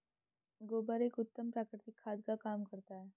गोबर एक उत्तम प्राकृतिक खाद का काम करता है